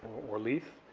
or leith,